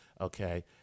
okay